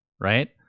Right